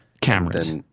Cameras